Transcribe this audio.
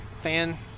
fan